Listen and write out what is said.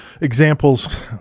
examples